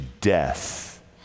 death